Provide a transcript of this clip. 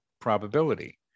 probability